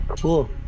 Cool